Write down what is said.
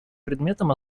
предметом